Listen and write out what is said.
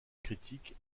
critique